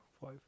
five